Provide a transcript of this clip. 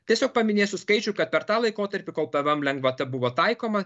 tiesiog paminėsiu skaičių kad per tą laikotarpį kol pvm lengvata buvo taikoma